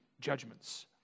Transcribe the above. judgments